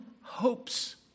hopes